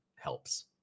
helps